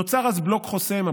נוצר אז בלוק חוסם.